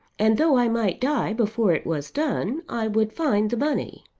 and though i might die before it was done, i would find the money.